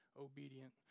obedient